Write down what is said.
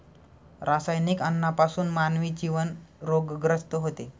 रासायनिक अन्नापासून मानवी जीवन रोगग्रस्त होते